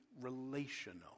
relational